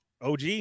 og